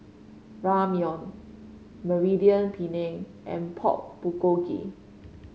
Ramyeon Mediterranean Penne and Pork Bulgogi